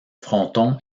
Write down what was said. fronton